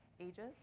ages